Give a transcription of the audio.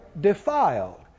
defiled